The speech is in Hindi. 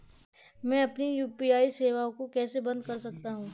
मैं अपनी यू.पी.आई सेवा को कैसे बंद कर सकता हूँ?